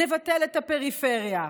נבטל את הפריפריה.